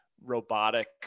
robotic